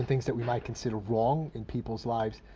things that we may consider wrong in peoples' lives.